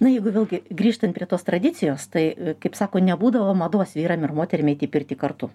na jeigu vėlgi grįžtant prie tos tradicijos tai kaip sako nebūdavo mados vyram ir moterim eiti į pirtį kartu